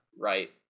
right